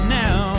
now